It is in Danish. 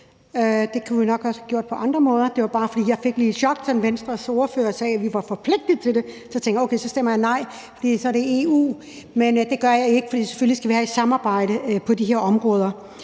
Det kunne vi nok også have gjort på andre måder. Det var bare, fordi jeg lige fik et chok, da Venstres ordfører sagde, at vi var forpligtet til det. Så tænkte jeg: Okay, så stemmer jeg nej, for så er det EU. Men det gør jeg ikke, for selvfølgelig skal vi have et samarbejde på de her områder.